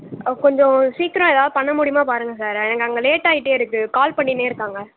ஆ கொஞ்சம் சீக்கிரம் ஏதாவது பண்ண முடியுமா பாருங்கள் சார் எனக்கு அங்கே லேட் ஆகிட்டே இருக்குது கால் பண்ணின்னே இருக்காங்க